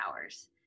hours